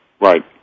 Right